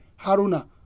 Haruna